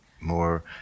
more